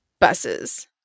buses